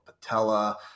patella